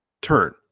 turn